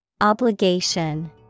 Obligation